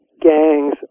gangs